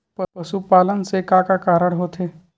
पशुपालन से का का कारण होथे?